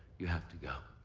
you have to go.